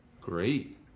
great